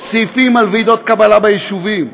סעיפים על ועידות קבלה ביישובים,